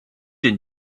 and